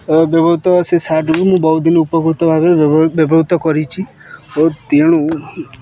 ବ୍ୟବହୃତ ସେ ସାର୍ଟ ବି ମୁଁ ବହୁତ ଦିନ ଉପକୃତ ଭାବରେ ବ୍ୟବହୃତ କରିଛି ଓ ତେଣୁ